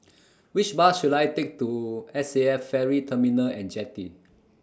Which Bus should I Take to S A F Ferry Terminal and Jetty